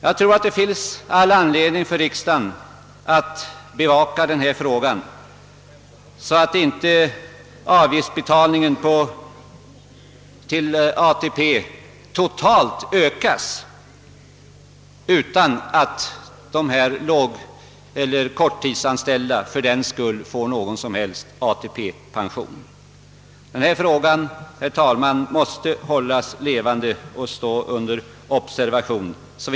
Jag tror att det finns all anledning för riksdagen att bevaka denna fråga, så att inte avgiftsbetalningen till ATP totalt ökas utan att de korttidsanställda fördenskull får någon som helst ATP pension. Problemet behöver verkligen hållas levande och stå under observation.